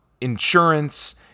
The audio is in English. insurance